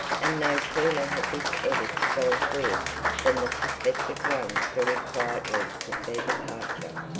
and no sooner had this edict gone forth than the suspected ones very quietly took their departure.